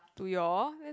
to your